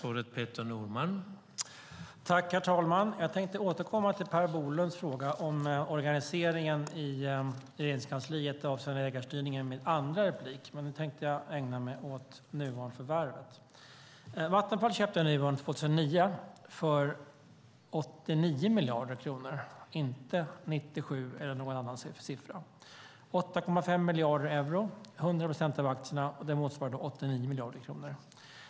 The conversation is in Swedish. Herr talman! Jag tänker återkomma till Per Bolunds fråga om organiseringen i Regeringskansliet avseende ägarstyrningen i mitt nästa inlägg, men nu tänker jag ägna mig åt Nuonförvärvet. Vattenfall köpte Nuon 2009 för 89 miljarder kronor, inte 97 miljarder eller någon annan siffra. 8,5 miljarder euro, 100 procent av aktierna, motsvarar 89 miljarder kronor.